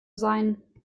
sein